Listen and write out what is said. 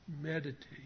meditate